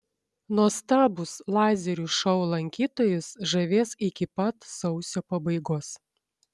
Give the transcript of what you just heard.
nuostabūs lazerių šou lankytojus žavės iki pat sausio pabaigos